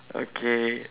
okay